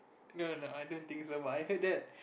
no no no I don't think so but I heard that